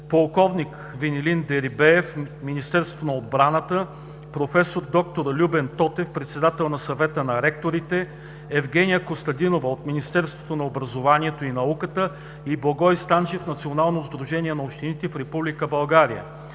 полковник Венелин Дерибеев – Министерство на отбраната, професор д-р Любен Тотев – председател на Съвета на ректорите, Евгения Костадинова от Министерство на образованието и науката и Благой Станчев – Национално сдружение на общините в Република България.